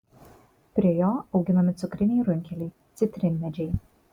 prie jo auginami cukriniai runkeliai citrinmedžiai